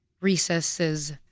recesses